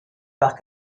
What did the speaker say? par